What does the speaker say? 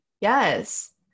Yes